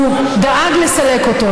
הוא דאג לסלק אותו,